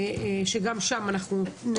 ואני מבטיחה לכם שגם שם נסייע,